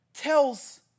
tells